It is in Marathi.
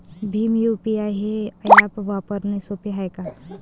भीम यू.पी.आय हे ॲप वापराले सोपे हाय का?